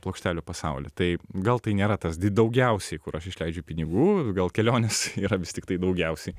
plokštelių pasaulį tai gal tai nėra tas daugiausiai kur aš išleidžiu pinigų gal kelionės yra vis tiktai daugiausiai